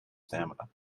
stamina